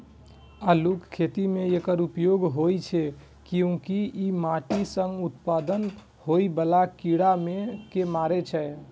आलूक खेती मे एकर उपयोग होइ छै, कियैकि ई माटि सं उत्पन्न होइ बला कीड़ा कें मारै छै